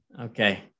Okay